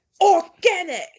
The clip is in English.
organic